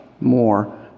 more